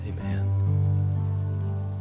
Amen